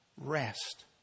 rest